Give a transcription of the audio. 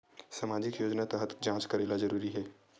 सामजिक योजना तहत जांच करेला जरूरी हे